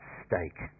stake